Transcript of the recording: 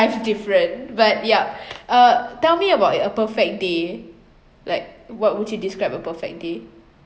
different but yup uh tell me about your perfect day like what would you describe a perfect day